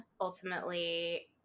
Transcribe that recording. ultimately